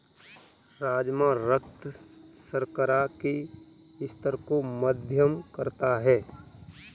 राजमा रक्त शर्करा के स्तर को मध्यम करता है